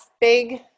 big